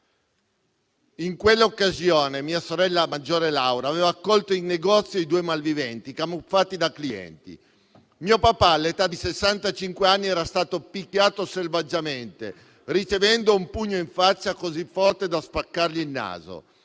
«In quell'occasione mia sorella maggiore Laura aveva colto in negozio i due malviventi, camuffati da clienti. Mio papà, all'età di 65 anni, era stato picchiato selvaggiamente, ricevendo un pugno in faccia così forte da spaccargli il naso.